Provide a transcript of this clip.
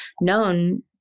known